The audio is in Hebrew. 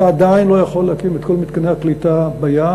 אתה עדיין לא יכול להקים את כל מתקני הקליטה בים.